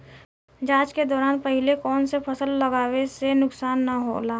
जाँच के दौरान पहिले कौन से फसल लगावे से नुकसान न होला?